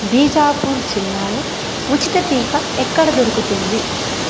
బీజాపూర్ జిల్లాలో ఉచిత టీకా ఎక్కడ దొరుకుతుంది